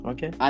Okay